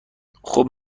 خوب